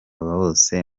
bose